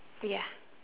ya